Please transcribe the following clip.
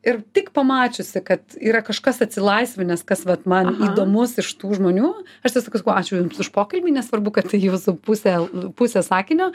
ir tik pamačiusi kad yra kažkas atsilaisvinęs kas vat man įdomus iš tų žmonių aš atsisuku sakau ačiū jums už pokalbį nesvarbu kad tai jūsų pusė pusė sakinio